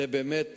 באמת